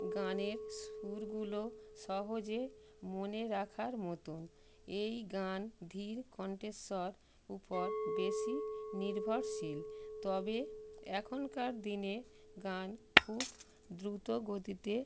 গানের সুরগুলো সহজে মনে রাখার মতন এই গান ধীর কণ্ঠস্বর উপর বেশি নির্ভরশীল তবে এখনকার দিনে গান খুব দ্রুত গতিতে